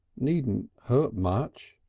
needn't hurt much,